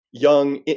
young